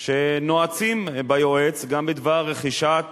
שנועצים ביועץ גם בדבר רכישת